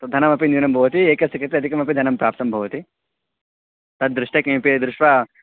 तद् धनमपि न्यूनं भवति एकस्य कृते अधिकमपि धनं प्राप्तं भवति तद्दृष्ट्वा किमपि दृष्ट्वा